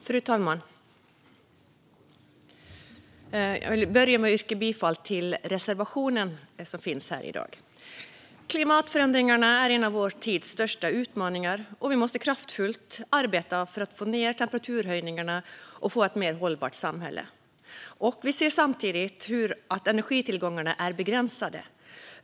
Fru talman! Jag yrkar bifall till reservationen. Klimatförändringarna är en av vår tids största utmaningar. Vi måste arbeta kraftfullt för att få ned temperaturhöjningen och för att få ett mer hållbart samhälle. Energitillgångarna är begränsade.